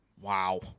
Wow